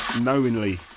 knowingly